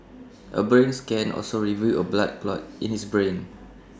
A brain scan also revealed A blood clot in his brain